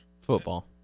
Football